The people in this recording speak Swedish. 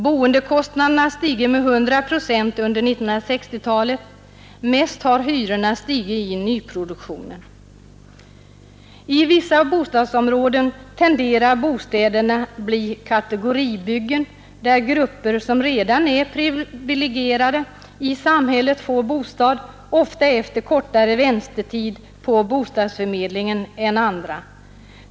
Boendekostnaderna har stigit med 100 procent under 1960-talet; mest har hyrorna stigit i nyproduktionen. I vissa bostadsområden tenderar bostäderna att bli kategoribyggen, där grupper som redan är privilegierade i samhället får bostad, ofta efter kortare väntetid på bostadsförmedlingen än övriga bostadssökande.